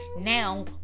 Now